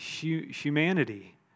Humanity